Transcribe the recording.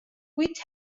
quite